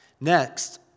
Next